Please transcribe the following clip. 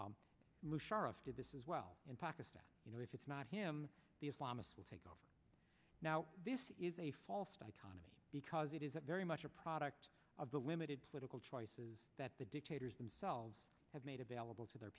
f did this as well in pakistan you know if it's not him the islamists will take off now this is a false dichotomy because it is a very much a product of the limited political choices that the dictators themselves have made available to their